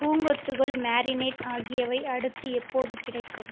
பூங்கொத்துகள் marinade ஆகியவை அடுத்து எப்போது கிடைக்கும்